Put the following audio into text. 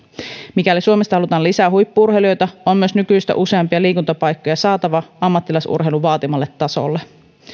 mikäli suomesta halutaan lisää huippu urheilijoita on myös nykyistä useampia liikuntapaikkoja saatava ammattilaisurheilun vaatimalle tasolle